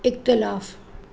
इख्तिलाफ़ु